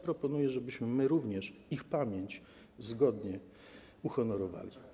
Proponuję więc, żebyśmy my również ich pamięć zgodnie uhonorowali.